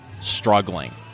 struggling